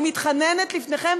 אני מתחננת לפניכם,